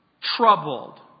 troubled